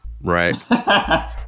right